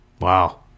Wow